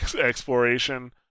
Exploration